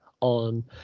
on